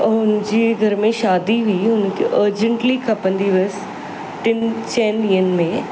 ऐं हुन जी घर में शादी हुई उनखे अर्जेंटली खपंदी हुअसि टिनि चईनि ॾींहंनि में